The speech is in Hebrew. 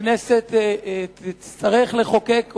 הכנסת תצטרך לחוקק,